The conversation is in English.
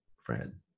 friend